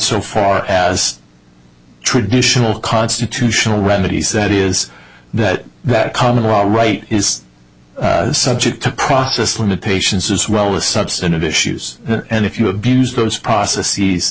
so far as traditional constitutional remedies that is that that common robin wright is subject to process limitations as well as substantive issues and if you abuse those p